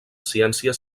ciència